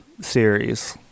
series